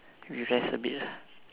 we rest a bit lah